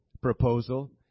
proposal